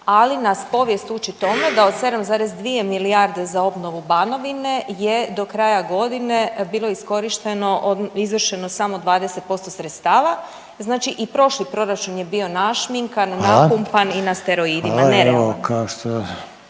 Ali nas povijest uči tome da od 7,2 milijarde za obnovu Banovine je do kraja godine bilo iskorišteno, izvršeno samo 20% sredstava. Znači i prošli proračun je bio našminkan, napumpan i na steroidima, nerealan.